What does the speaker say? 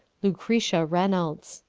lucretia reynolds.